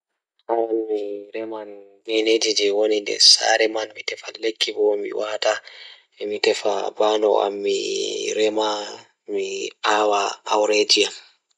Aran mi reman So tawii miɗo waɗa waawde heddude ndiyam ngoni lekki, mi waɗataa waawi ngoodi fiyaangu e dow ndiyam goɗɗo, njiddaade e goɗɗo njam. Miɗo waawataa waawi njiddaade fiyaangu e dow lekki ngal ngam njiddaade gaasi laata. Miɗo waawataa njiddaade e nyibbi ngal, heɓugol taŋngol ngal toownde ndiyam ngal e dow fiyaangu goɗɗo.